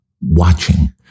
watching